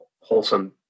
wholesome